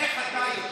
איך אתה יודע?